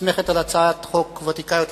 נסמכת על הצעת חוק ותיקה יותר,